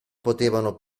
potevano